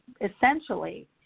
essentially